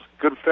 good